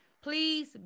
please